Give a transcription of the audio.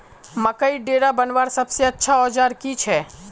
मकईर डेरा बनवार सबसे अच्छा औजार की छे?